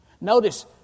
Notice